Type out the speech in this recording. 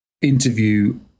interview